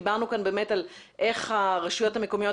דיברנו כאן באמת על איך הרשויות המקומיות,